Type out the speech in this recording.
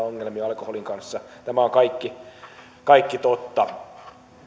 ongelmia alkoholin kanssa tämä on kaikki kaikki totta